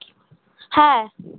হ্যাঁ